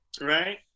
right